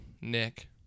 Nick